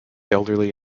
elderly